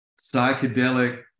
psychedelic